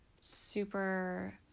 super